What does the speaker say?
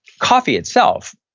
coffee itself,